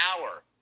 hour